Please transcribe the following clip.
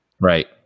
right